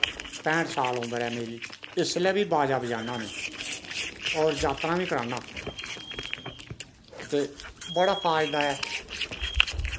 पैंह्ट साल उमर ऐ मेरी इसलै बी बाज़ा बज़ान्नां में और जात्तरां बी करान्नां ते बड़ा फायदा ऐ